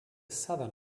southern